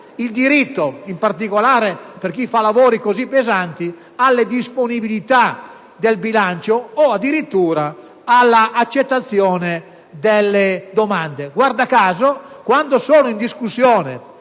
al pensionamento anticipato per chi svolge lavori così pesanti alle disponibilità del bilancio o addirittura all'accettazione delle domande. Guarda caso, quando sono in discussione